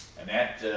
and that